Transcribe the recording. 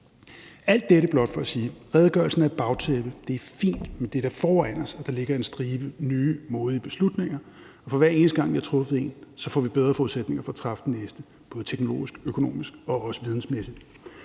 Alt dette er blot for at sige, at redegørelsen er et bagtæppe, og det er fint. Men det er foran os, at der ligger en stribe nye modige beslutninger, og for hver eneste gang vi har truffet én, får vi bedre forudsætninger for at træffe den næste, både teknologisk, økonomisk og også vidensmæssigt.